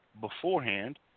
beforehand